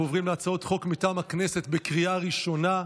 אנחנו עוברים להצעות חוק מטעם הכנסת בקריאה ראשונה.